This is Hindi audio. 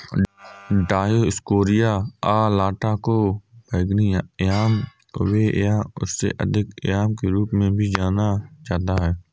डायोस्कोरिया अलाटा को बैंगनी याम उबे या उससे अधिक याम के रूप में भी जाना जाता है